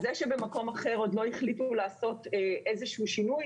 זה שבמקום אחר עוד לא החליטו לעשות איזשהו שינוי,